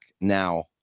now